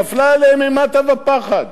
נפלה עליהם אימתה ופחד.